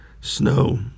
snow